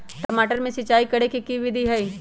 टमाटर में सिचाई करे के की विधि हई?